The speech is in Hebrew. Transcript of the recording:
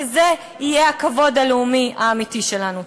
וזה יהיה הכבוד הלאומי האמיתי שלנו.